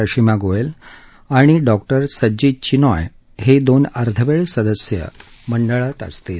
अशीमा गोयल आणि डॉ सज्जिद चिनॉय हे दोन अर्धवेळ सदस्य मंडळात असतील